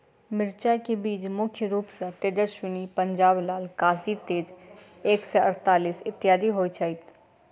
मिर्चा केँ बीज मुख्य रूप सँ तेजस्वनी, पंजाब लाल, काशी तेज एक सै अड़तालीस, इत्यादि होए छैथ?